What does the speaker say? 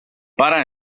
pare